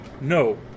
no